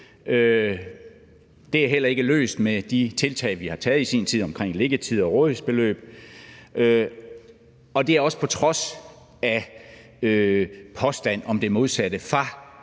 Det er heller ikke løst med de tiltag, vi i sin tid har gjort, omkring liggetid og rådighedsbeløb, og sådan er det, også på trods af påstanden om det modsatte fra